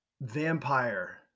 vampire